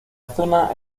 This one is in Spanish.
zona